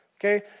Okay